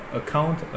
account